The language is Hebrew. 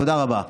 תודה רבה.